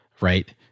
right